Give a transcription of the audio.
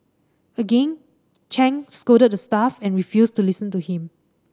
again Chang scolded the staff and refused to listen to him